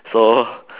so